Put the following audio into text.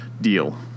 deal